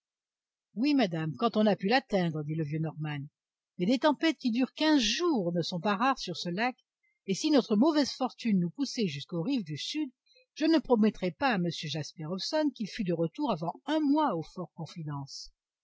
oui madame quand on a pu l'atteindre dit le vieux norman mais des tempêtes qui durent quinze jours ne sont pas rares sur ce lac et si notre mauvaise fortune nous poussait jusqu'aux rives du sud je ne promettrais pas à m jasper hobson qu'il fût de retour avant un mois au